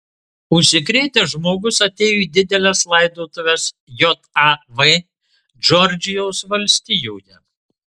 užsikrėtęs žmogus atėjo į dideles laidotuves jav džordžijos valstijoje